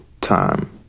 time